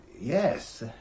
Yes